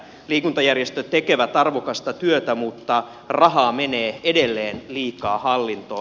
liikuntajärjestöt tekevät arvokasta työtä mutta rahaa menee edelleen liikaa hallintoon